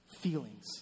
Feelings